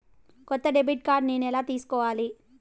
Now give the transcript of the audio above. కొత్త debit card నేను ఎలా తీసుకోవాలి?